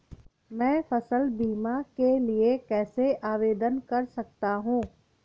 मैं फसल बीमा के लिए कैसे आवेदन कर सकता हूँ?